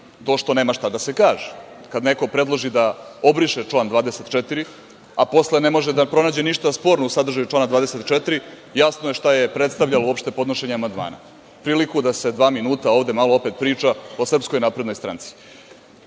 to što nema šta da se kaže. Kad neko predloži da obriše član 24, a posle ne može da pronađe ništa sporno u sadržaju člana 24, jasno je šta je predstavljalo uopšte podnošenje amandmana, priliku da se dva minuta ovde malo opet priča o SNS.Stručni osvrt